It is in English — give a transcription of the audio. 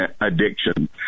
addiction